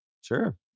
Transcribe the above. Sure